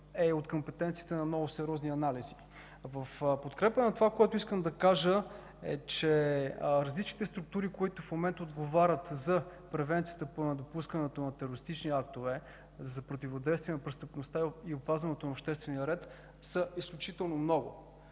е от компетенцията на много сериозни анализи. В подкрепа на това, което искам да кажа, е, че различните структури, които в момента отговарят за превенцията по недопускането на терористични актове, за противодействие на престъпността и опазване на обществения ред, са изключително много